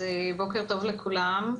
בוקר טוב לכולם.